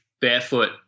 barefoot